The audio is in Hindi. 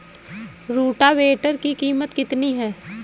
रोटावेटर की कीमत कितनी है?